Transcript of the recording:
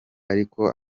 ariko